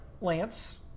Lance